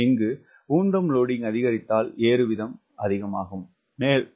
இங்கு உந்தம் லோடிங்க் அதிகரித்தால் ஏறு வீதம் மிகும்